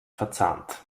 verzahnt